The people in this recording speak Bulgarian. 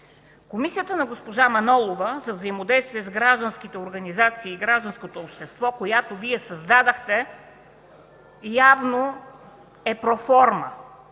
Комисията на госпожа Манолова за взаимодействие с гражданските организации и гражданското общество, която Вие създадохте, явно е проформа